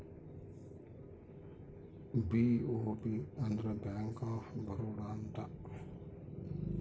BOB ಅಂದ್ರ bank of Baroda ಅಂತ